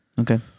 Okay